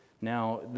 Now